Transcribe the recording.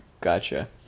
Gotcha